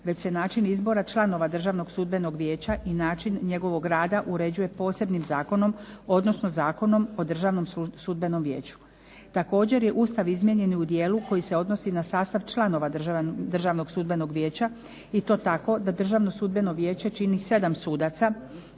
već se način izbora članova Državnog sudbenog vijeća i način njegovog rada uređuje posebnim zakonom, odnosno Zakonom o Državnom sudbenom vijeću. Također je Ustav izmijenjen i u dijelu koji se odnosu na sastav članova Državnog sudbenog vijeća i to tako da Državno sudbeno vijeće čini 7 sudaca,